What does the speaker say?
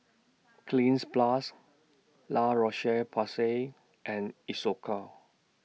Cleanz Plus La Roche Porsay and Isocal